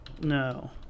No